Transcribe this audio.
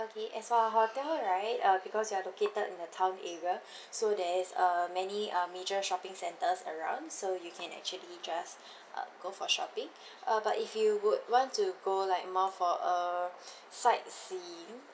okay as for our hotel right uh because we are located in the town area so there is uh many um major shopping centres around so you can actually just uh go for shopping uh but if you would want to go like more for a sightseeing